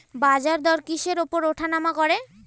বাজারদর কিসের উপর উঠানামা করে?